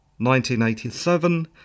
1987